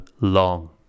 long